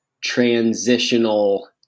transitional